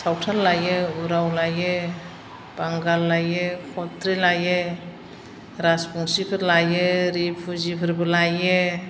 सावथाल लायो उराव लायो बांगाल लायो खथ्रि लायो राजबंसिफोर लायो रिफिउजिफोरबो लायो